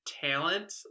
talent